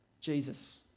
Jesus